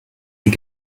sie